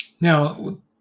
Now